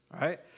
right